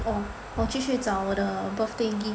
oh 我继续找我的 birthday gift